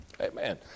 Amen